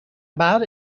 about